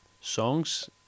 songs